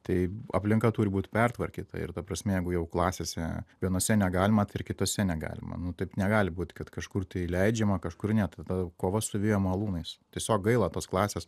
tai aplinka turi būt pertvarkyta ir ta prasme jeigu jau klasėse vienose negalima tai ir kitose negalima nu taip negali būt kad kažkur tai leidžiama kažkur ne tada kova su vėjo malūnais tiesiog gaila tos klasės